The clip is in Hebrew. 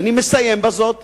ואני מסיים בזאת,